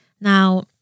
Now